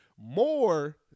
more